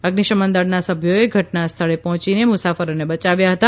અઝિશમન દળના સભ્યોએ ઘઠના સ્થળે પહોંચીને મુસાફરોને બચાવ્યા હતા